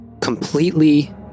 completely